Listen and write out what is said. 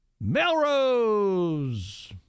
Melrose